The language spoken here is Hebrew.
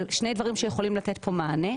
אבל שני דברים שיכולים לתת פה מענה,